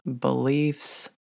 beliefs